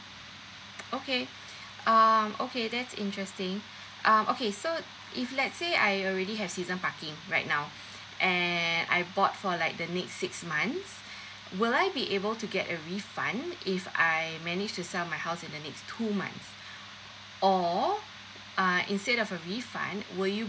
okay um okay that's interesting um okay so if let's say I already have season party right now and I bought for like the next six months would I be able to get a refund if I manage to sell my house in the next two months or uh instead of a refund will you